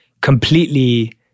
completely